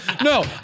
No